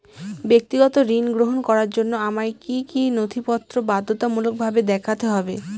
ব্যক্তিগত ঋণ গ্রহণ করার জন্য আমায় কি কী নথিপত্র বাধ্যতামূলকভাবে দেখাতে হবে?